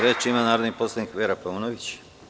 Reč ima narodni poslanik Vera Paunović.